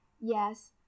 yes